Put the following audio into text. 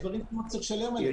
על דברים שהוא לא צריך לשלם עליהם.